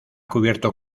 cubierto